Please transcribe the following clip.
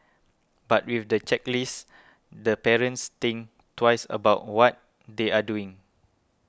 but with the checklist the parents think twice about what they are doing